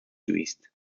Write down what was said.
uist